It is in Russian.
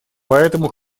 поэтому